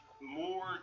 more